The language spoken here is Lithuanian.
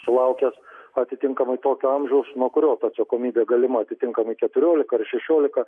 sulaukęs atitinkamai tokio amžiaus nuo kurio ta atsakomybė galima atitinkamai keturiolika ar šešiolika